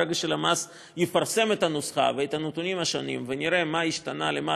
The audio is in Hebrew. וברגע שהלמ"ס יפרסם את הנוסחה ואת הנתונים השונים ונראה מה השתנה למעלה,